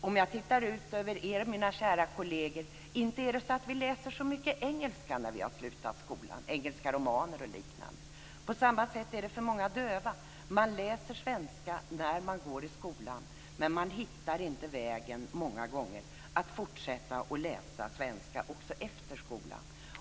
Om jag tittar ut över er, mina kära kolleger, så inte är det så att vi läser så mycket engelska romaner och liknande sedan vi slutade skolan. På samma sätt är det för många döva; de läser svenska när de går i skolan, men de hittar många gånger inte vägen att fortsätta att läsa svenska också efter skolan.